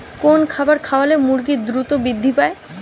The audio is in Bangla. কোন খাবার খাওয়ালে মুরগি দ্রুত বৃদ্ধি পায়?